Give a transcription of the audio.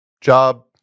job